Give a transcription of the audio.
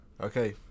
Okay